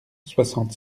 soixante